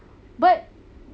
but